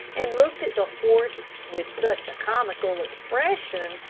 and looked at the horse with such a comical expression,